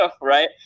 right